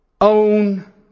own